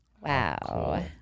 wow